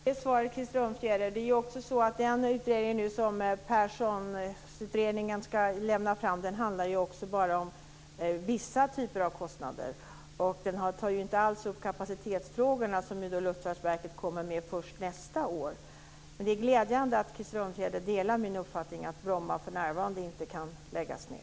Fru talman! Tack för det svaret, Krister Örnfjäder! Det är också så att den utredning som skall läggas fram bara handlar om vissa typer av kostnader och inte alls tar upp kapacitetsfrågorna, som Luftfartsverket kommer med först nästa år. Det är glädjande att Krister Örnfjäder delar min uppfattning att Bromma för närvarande inte kan läggas ned.